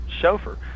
chauffeur